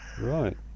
Right